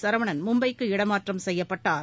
சரவணன் மும்பைக்கு இடமாற்றம் செய்யப்பட்டுள்ளார்